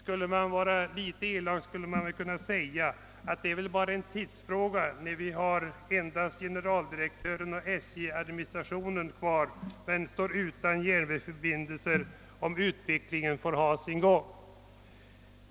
Ville man vara litet elak skulle man kunna säga, att det bara är en tidsfråga när vi endast har generaldirektören och SJ-administrationen kvar men står utan järnvägsförbindelser, om utvecklingen får ha sin gång.